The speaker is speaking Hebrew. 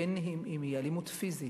בין אם היא אלימות פיזית,